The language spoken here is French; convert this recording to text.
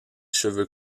cheveux